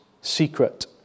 secret